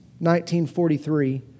1943